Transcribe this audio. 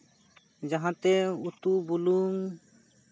ᱡᱟᱦᱟᱸᱛᱮ ᱩᱛᱩ ᱵᱩᱞᱩᱝ